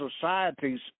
societies